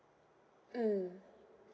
mm